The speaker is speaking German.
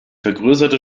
vergrößerte